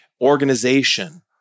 organization